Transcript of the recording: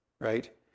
right